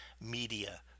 media